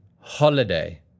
holiday